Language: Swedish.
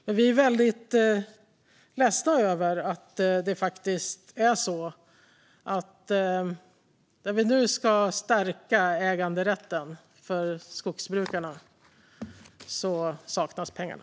Men vi är väldigt ledsna över att pengarna saknas när vi nu ska stärka äganderätten för skogsbrukarna.